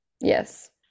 Yes